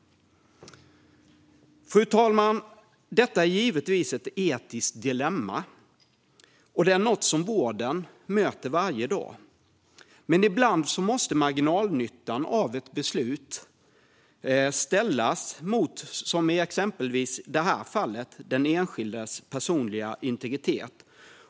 Fru talman! Detta är givetvis ett etiskt dilemma, och det är något som vården möter varje dag. Men ibland måste marginalnyttan av ett beslut ställas mot, som i detta fall, den enskildes personliga integritet.